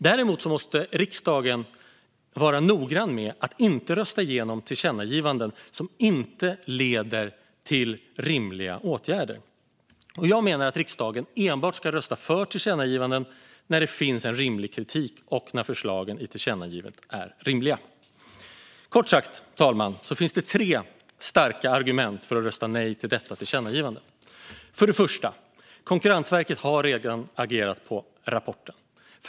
Däremot måste riksdagen vara noggrann med att inte rösta igenom tillkännagivanden som inte leder till rimliga åtgärder. Jag menar att riksdagen ska rösta för tillkännagivanden enbart när det finns en rimlig kritik och när förslagen i tillkännagivandet är rimliga. Kort sagt, fru talman, finns det tre starka argument för att rösta nej till detta tillkännagivande: Konkurrensverket har redan agerat på rapporten.